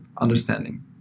understanding